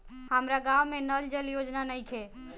हमारा गाँव मे नल जल योजना नइखे?